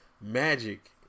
Magic